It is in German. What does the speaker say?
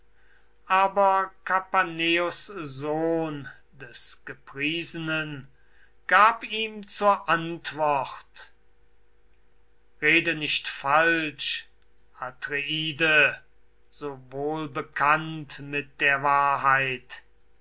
aber kapaneus sohn des gepriesenen gab ihm zur antwort rede nicht falsch atreide so wohlbekannt mit der wahrheit